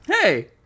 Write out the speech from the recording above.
Hey